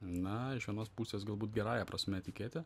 na iš vienos pusės galbūt gerąja prasme etiketė